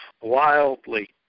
wildly